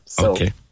Okay